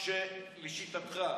לשיטתך,